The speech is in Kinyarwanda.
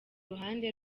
ruhande